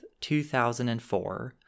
2004